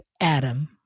Adam